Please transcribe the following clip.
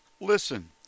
Listen